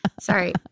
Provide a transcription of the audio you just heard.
Sorry